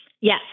Yes